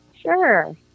Sure